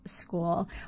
school